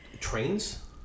trains